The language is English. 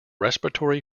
respiratory